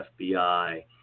FBI